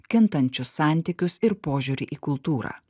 kintančius santykius ir požiūrį į kultūrą